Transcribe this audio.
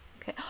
okay